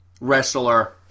wrestler